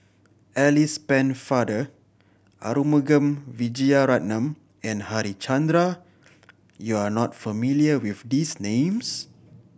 Alice Pennefather Arumugam Vijiaratnam and Harichandra you are not familiar with these names